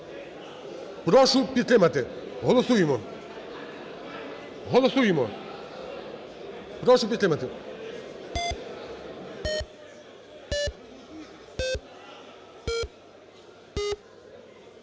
Прошу підтримати, голосуємо. Голосуємо, прошу підтримати.